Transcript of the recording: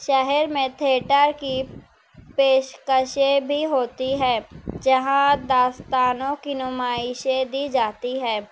شہر میں تھیٹر کی پیشکشیں بھی ہوتی ہیں جہاں داستانوں کی نمائشیں دی جاتی ہیں